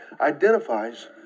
identifies